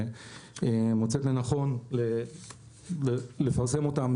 מוצאת לנכון לפרסם אותן,